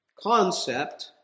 concept